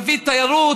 שנביא תיירות,